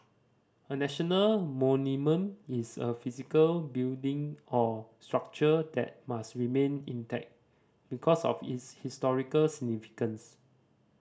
a national monument is a physical building or structure that must remain intact because of its historical significance